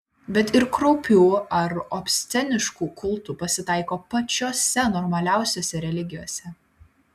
bet ir kraupių ar obsceniškų kultų pasitaiko pačiose normaliausiose religijose